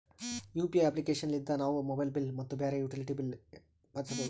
UPI application ಲಿದ್ದ ನಾವು mobile bill ಮತ್ತು ಬ್ಯಾರೆ ಯುಟಿಲಿಟಿ ಬಿಲ್ ಪಾವತಿಸಬೋದು